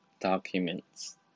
documents